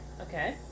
Okay